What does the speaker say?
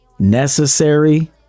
necessary